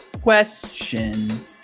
Question